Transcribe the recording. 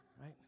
Right